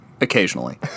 Occasionally